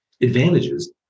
advantages